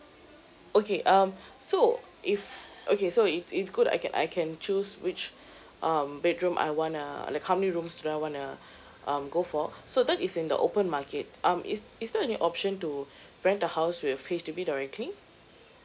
okay um so if okay so it's it's good I can I can choose which um bedroom I wanna like how many rooms do I wanna um go for so that is in the open market um is is there any option to rent the house with H_D_B directly